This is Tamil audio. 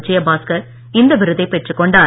விஜயபாஸ்கர் இந்த விருதைப் பெற்றுக் கொண்டார்